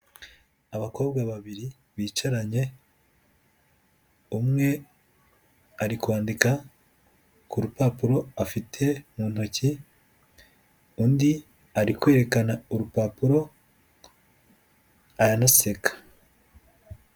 Abakobwa babiri bicaranye, umwe ari kwandika ku rupapuro afite mu ntoki, undi ari kwerekana urupapuro anaseka.